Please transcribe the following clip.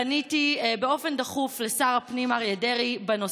פניתי בנושא באופן דחוף לשר הפנים אריה דרעי.